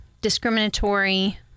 discriminatory